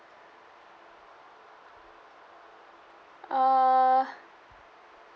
uh